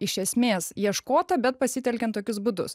iš esmės ieškota bet pasitelkiant tokius būdus